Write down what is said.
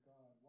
God